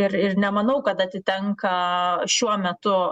ir ir nemanau kad atitenka šiuo metu